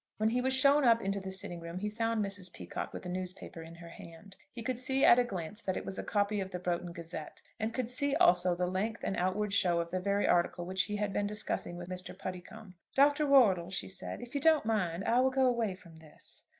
when he was shown up into the sitting-room he found mrs. peacocke with a newspaper in her hand. he could see at a glance that it was a copy of the broughton gazette and could see also the length and outward show of the very article which he had been discussing with mr. puddicombe. dr. wortle, she said, if you don't mind, i will go away from this.